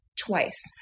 twice